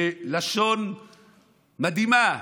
בלשון מדהימה,